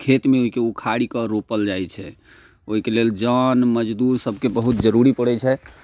खेतमे ओहिके उखाड़ि कऽ रोपल जाइत छै ओहिके लेल जन मजदूर सबके बहुत जरुरी पड़ैत छै